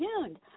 tuned